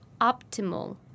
optimal